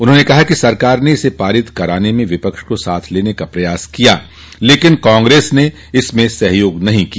उन्होंने कहा कि सरकार ने इसे पारित कराने में विपक्ष को साथ लेने का प्रयास किया लेकिन कांग्रेस ने इसमें सहयोग नहीं किया